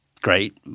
great